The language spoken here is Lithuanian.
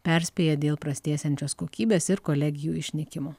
perspėja dėl prastėjančios kokybės ir kolegijų išnykimo